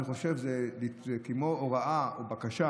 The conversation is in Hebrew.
אני חושב שזה כמו הוראה או בקשה